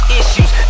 issues